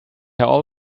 all